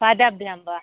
पादाभ्यां वा